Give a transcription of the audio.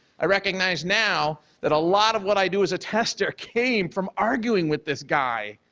i recognize now that a lot of what i do as a tester came from arguing with this guy,